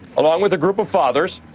along with a group of fathers,